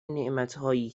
نعمتهایی